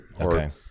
Okay